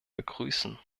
begrüßen